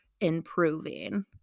improving